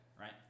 Right